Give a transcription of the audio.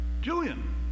Julian